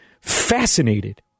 fascinated